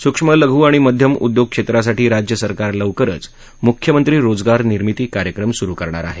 सुक्ष्म लघू आणि मध्यम उद्योग क्षेत्रासाठी राज्य सरकार लवकरच मुख्यमंत्री रोजगार निर्मिती कार्यक्रम सुरु करणार आहे